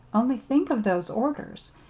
only think of those orders!